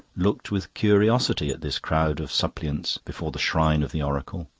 looked with curiosity at this crowd of suppliants before the shrine of the oracle.